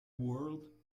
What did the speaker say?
world